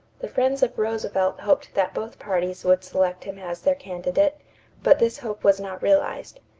the friends of roosevelt hoped that both parties would select him as their candidate but this hope was not realized.